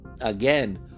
again